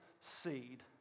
seed